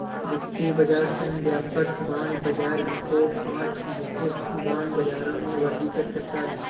वित्तीय बाजार संघ व्यापक बांड बाजार को पांच विशिष्ट बांड बाजारों में वर्गीकृत करता है